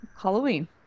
Halloween